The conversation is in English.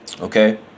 Okay